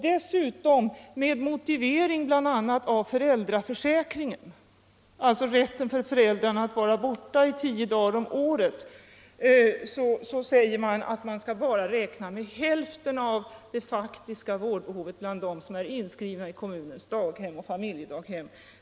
Med hänvisning till bl.a. föräldraförsäkringen, alltså rätten 15 Ekonomiskt stöd åt för föräldrarna att vara borta tio dagar om året, sägs att man bara skall räkna med hälften av det faktiska vårdbehovet bland dem som är inskrivna vid kommunens daghem och familjedaghem.